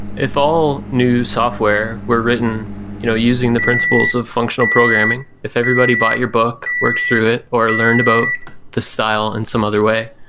if all new software were written you know using the principles of functional programming, if everybody bought your book, worked through it or learned about the style in some other way,